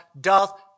doth